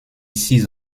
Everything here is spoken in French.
six